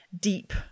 deep